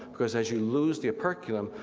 because as you lose the operculum,